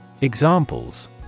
Examples